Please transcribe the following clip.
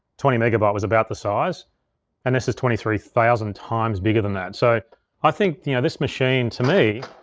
twenty megabyte was about the size and this is twenty three thousand times bigger than that. so i think yeah this machine, to me,